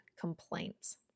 complaints